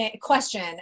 question